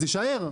אז תישאר.